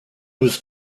was